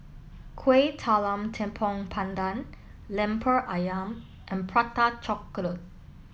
Kueh Talam Tepong Pandan Lemper Ayam and Prata Chocolate